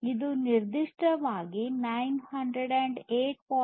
ಇದು ನಿರ್ದಿಷ್ಟವಾಗಿ 908